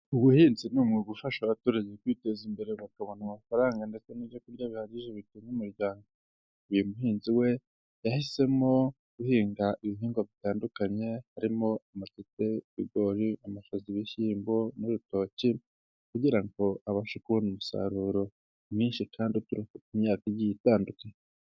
Ubuhinzi ni umwuga ugufasha abaturage kwiteza imbere bakabona amafaranga, ndetse n'ibyo kurya bihagije bitunga umuryango. Uyu muhinzi we yahisemo guhinga ibihingwa bitandukanye, harimo: amateke, ibigori, amashyaza, ibishyimbo, n'urutoki. Kugira ngo abashe kubona umusaruro mwinshi kandi imyaka igiye itandukanye.